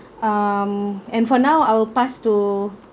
um and for now I'll pass to